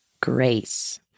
grace